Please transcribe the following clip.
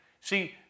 See